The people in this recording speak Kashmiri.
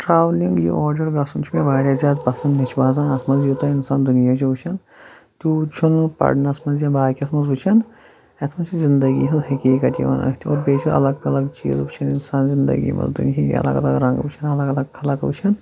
ٹرٛیٚولِنٛگ یہِ اورٕ یور گژھُن چھُ مےٚ واریاہ زیادٕ پَسنٛد مےٚ چھِ باسان اَتھ منٛز یوٗتاہ اِنسان دُنیا چھِ وُچھان تیوٗت چھُنہٕ پَرنَس منٛز یا باقٕیَس منٛز وُچھان یَتھ منٛز چھِ زندگی ہِنٛز حقیٖیت یِوان أتھۍ اور بیٚیہِ چھِ الگ الگ چیٖز وُچھان اِنسان زندگی منٛز دُنیہٕکۍ الگ الگ رنٛگ وُچھان الگ الگ خلق وُچھان